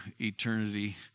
eternity